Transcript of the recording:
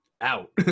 out